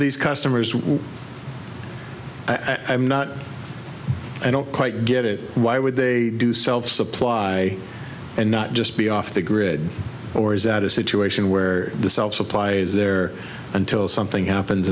these customers what i'm not i don't quite get it why would they do self supply and not just be off the grid or is that a situation where the supply is there until something happens